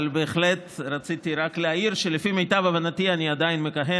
אבל בהחלט רציתי רק להעיר שלפי מיטב הבנתי אני עדיין מכהן,